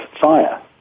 fire